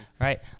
Right